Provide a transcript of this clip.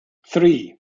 three